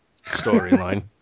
storyline